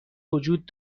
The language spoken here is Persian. وجود